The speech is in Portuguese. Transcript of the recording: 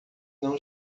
não